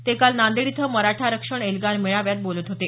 ते काल नांदेड इथं मराठा आरक्षण एल्गार मेळाव्यात बोलत होते